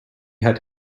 had